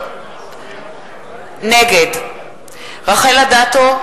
נגד רחל אדטו,